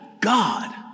God